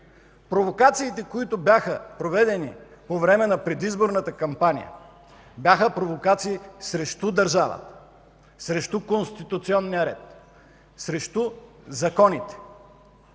Провокациите, които бяха проведени по време на предизборната кампания, бяха провокации срещу държавата, срещу конституционния ред, срещу законите.